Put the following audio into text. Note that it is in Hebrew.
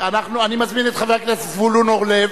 אני מזמין את חבר הכנסת זבולון אורלב,